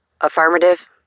Affirmative